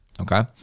Okay